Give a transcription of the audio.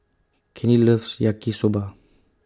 Candy loves Yaki Soba